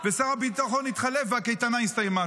ושר הביטחון התחלף והקייטנה הסתיימה.